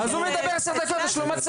אז הוא מדבר עכשיו, יש לו מצגת.